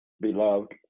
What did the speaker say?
Beloved